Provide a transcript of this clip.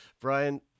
Brian